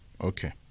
Okay